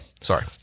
sorry